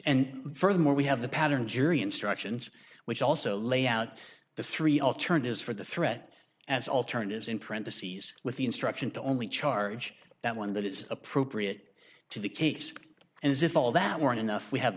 and furthermore we have the pattern jury instructions which also lay out the three alternatives for the threat as alternatives in parentheses with the instruction to only charge that one that is appropriate to the case and as if all that weren't enough we have